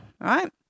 right